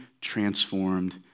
transformed